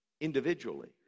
Individually